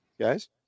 guys